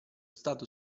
stato